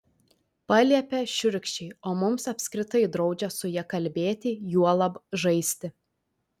paliepia šiurkščiai o mums apskritai draudžia su ja kalbėti juolab žaisti